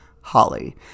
Holly